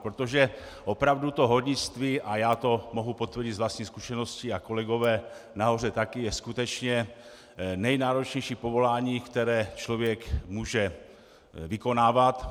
Protože opravdu hornictví a já to mohu potvrdit z vlastní zkušenosti a kolegové nahoře taky je nejnáročnější povolání, které člověk může vykonávat.